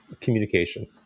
Communication